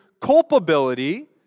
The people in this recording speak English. culpability